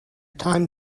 time